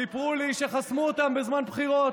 סיפרו לי שחסמו אותם בזמן בחירות,